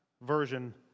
version